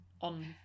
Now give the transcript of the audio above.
on